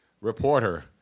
reporter